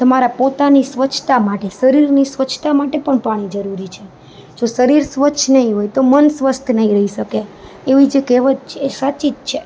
તમારા પોતાની સ્વચ્છતા માટે શરીરની સ્વચ્છતા માટે પણ પાણી જરૂરી છે જો શરીર સ્વચ્છ નહીં હોય તો મન સ્વસ્થ નહીં રહી શકે એવી જે કહેવત છે એ સાચી જ છે